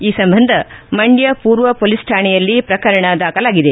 ಈ ಸಂಬಂಧ ಮಂಡ್ಯ ಪೂರ್ವ ಪೊಲೀಸ್ ಠಾಣೆಯಲ್ಲ ಪ್ರಕರಣ ದಾಖಲಾಗಿದೆ